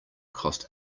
cost